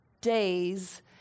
Days